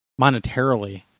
monetarily